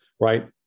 right